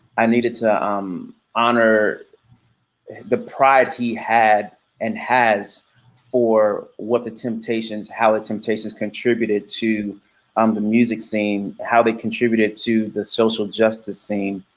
i needed to um honor the pride he had and has for what the temptations, how temptations contributed to um the music scene, how they contributed to the social justice scene.